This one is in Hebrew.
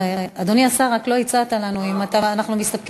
אדוני השר, רק לא הצעת לנו אם אנחנו מסתפקים,